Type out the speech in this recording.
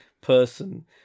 person